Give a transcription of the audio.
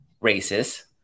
races